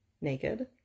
naked